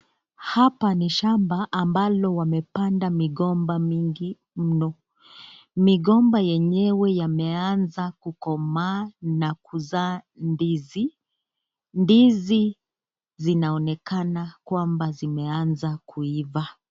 Hapa ni shamba ambalo wamepanda migomba mingi mno migomba yenyewe yameanza kukomaa na kuzaa ndizi, ndizi zinaonekana kwamba zimeanza kuiva.